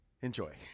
Enjoy